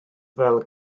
fel